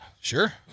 sure